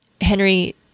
Henry